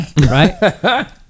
right